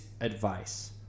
advice